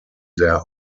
their